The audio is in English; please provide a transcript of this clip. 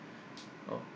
oh